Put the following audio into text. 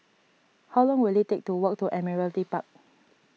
how long will it take to walk to Admiralty Park